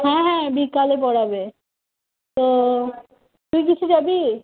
হ্যাঁ হ্যাঁ বিকালে পড়াবে তো তুই কিসে যাবি